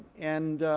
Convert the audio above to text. and